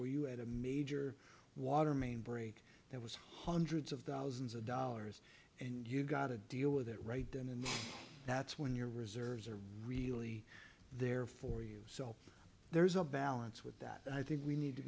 where you had a major water main break that was hundreds of thousands of dollars and you got to deal with it right then and that's when your reserves are really there for you so there's a balance with that i think we need to